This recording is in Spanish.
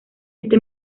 este